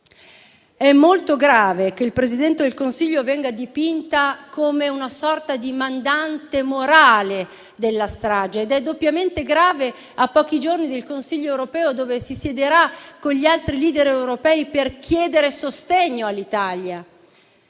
È molto grave che il Presidente del Consiglio venga dipinto come una sorta di mandante morale della strage. Ed è doppiamente grave a pochi giorni dal Consiglio europeo, dove si siederà con gli altri *leader* europei per chiedere sostegno all'Italia.